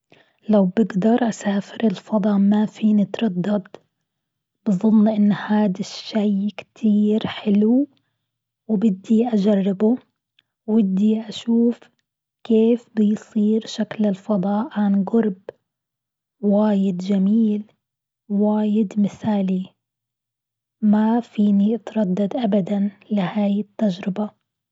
لو بقدر أسافر الفضاء ما فيني أتردد، بظن إن هاد الشيء كتير حلو وبدي أجربه، ودي أشوف كيف بيصير شكل الفضاء عن قرب، واجد جميل واجد مثالي، ما فيني أتردد أبدا لهاي التجربة.